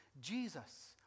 Jesus